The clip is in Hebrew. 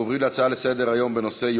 אנחנו עוברים להצעה לסדר-היום בנושא: